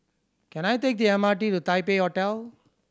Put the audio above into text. can I take the M R T to Taipei Hotel